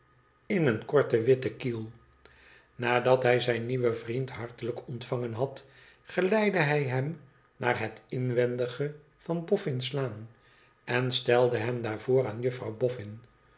in een korten witten kiel nadat hij zijn nieuwen vriend hartelijk ontvangen had geleidde hij hem naar het inwendige van boffin's laan en stelde hem daar voor aan juffrouw boffin